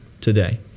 today